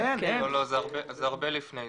זה הרבה לפני.